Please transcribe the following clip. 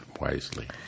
wisely